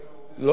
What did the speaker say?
לא שמעתי.